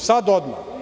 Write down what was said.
Sada odmah.